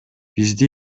бизди